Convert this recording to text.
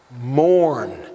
mourn